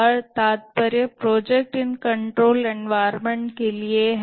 PRINCE का तात्पर्य project in controlled environments के लिए है